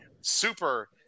super